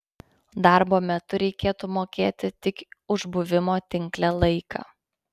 darbo metu reikėtų mokėti tik už buvimo tinkle laiką